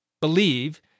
believe